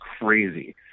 crazy